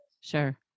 Sure